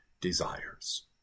desires